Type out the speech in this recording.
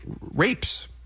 rapes